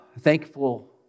Thankful